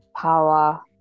power